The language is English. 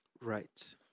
Right